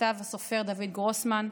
שכתב הסופר דויד גרוסמן,